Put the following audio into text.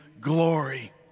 glory